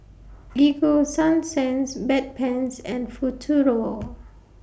Ego Sunsense Bedpans and Futuro